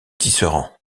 tisserand